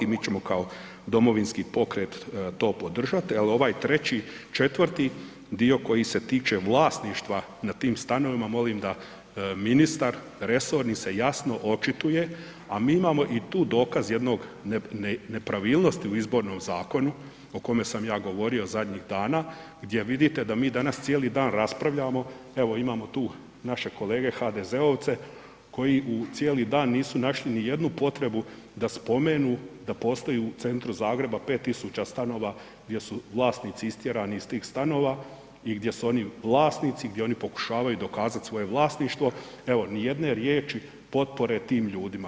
Mi ćemo kao Domovinski pokret to podržati, ali ovaj treći, četvrti dio koji se tiče vlasništva na tim stanovima molim da ministar resorni se jasno očituje, a mi imamo tu i dokaz jednog nepravilnosti u izbornom zakonu o kome sam ja govorio zadnjih dana gdje vidite da mi danas cijeli dan raspravljamo, evo imamo naše kolege HDZ-ovce koji u cijeli dan nisu našli ni jednu potrebu da spomenu da postoji u centru Zagreba 5.000 stanova gdje su vlasnici istjerani iz tih stanova i gdje su oni vlasnici gdje oni pokušavaju dokazati svoje vlasništvo, evo ni jedne riječi potpore tim ljudima.